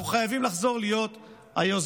אנחנו חייבים לחזור להיות היוזמים,